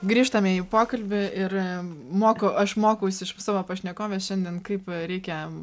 grįžtame į pokalbį ir moku aš mokausi iš savo pašnekovės šiandien kaip reikia